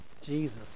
Jesus